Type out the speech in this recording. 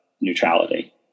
neutrality